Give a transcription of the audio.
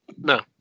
no